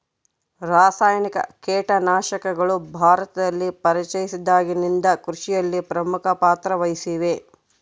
ರಾಸಾಯನಿಕ ಕೇಟನಾಶಕಗಳು ಭಾರತದಲ್ಲಿ ಪರಿಚಯಿಸಿದಾಗಿನಿಂದ ಕೃಷಿಯಲ್ಲಿ ಪ್ರಮುಖ ಪಾತ್ರ ವಹಿಸಿವೆ